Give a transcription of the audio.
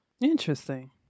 Interesting